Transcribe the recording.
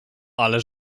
ale